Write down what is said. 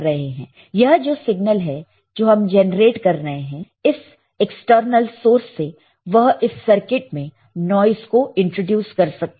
यह जो सिग्नल है जो हम जनरेट कर रहे हैं इस एक्सटर्नल सोर्स से वह इस सर्किट में नॉइस को इंट्रोड्यूस कर सकता है